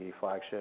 flagship